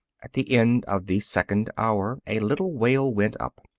at the end of the second hour, a little wail went up.